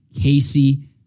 Casey